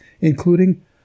including